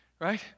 right